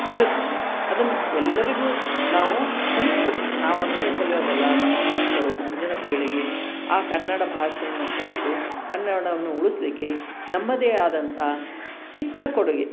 ಕಲಿತು ಅದನ್ನು ಎಲ್ಲರಿಗು ನಾವು ಹಂಚ್ಬೇಕು ನಾವು ಅಷ್ಟೇ ಕಲಿಯೋದಲ್ಲ ನಮ್ಮ ಮಕ್ಕಳು ಮುಂದಿನ ಪೀಳಿಗೆ ಆ ಕನ್ನಡ ಭಾಷೆಯನ್ನು ಕಲಿತು ಕನ್ನಡವನ್ನು ಉಳಿಸಲಿಕ್ಕೆ ನಮ್ಮದೇ ಆದಂತ ಚಿಕ್ಕ ಕೊಡುಗೆ